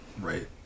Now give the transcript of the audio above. right